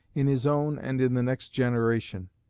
in his own and in the next generation,